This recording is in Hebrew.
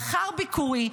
לאחר ביקורי,